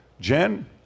Jen